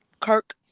Kirk